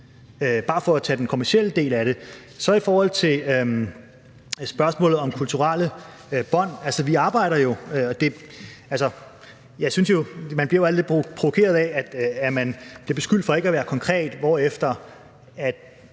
bare for at tage den kommercielle del af det. Til spørgsmålet om kulturelle bånd: Altså, vi arbejder jo på det. Jeg synes jo, at man bliver lidt provokeret af, at man bliver beskyldt for ikke at være konkret, og jeg må